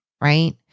right